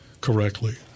correctly